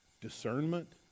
Discernment